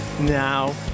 Now